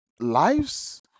lives